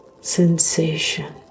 sensation